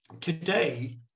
today